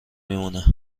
میمونه